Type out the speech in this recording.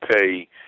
pay